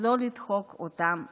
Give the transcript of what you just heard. ולא לדחוק אותם בגסות.